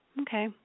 Okay